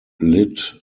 lit